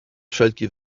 wszelki